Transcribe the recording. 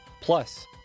plus